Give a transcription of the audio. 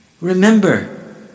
remember